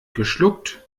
geschuckt